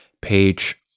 page